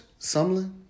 Sumlin